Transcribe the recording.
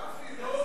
גפני, נו.